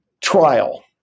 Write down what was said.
trial